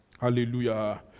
Hallelujah